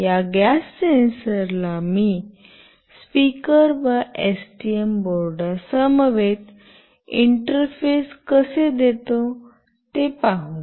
या गॅस सेन्सरला मी स्पीकर व एसटीएम बोर्डासमवेत इंटरफेस कसे देतो ते पाहू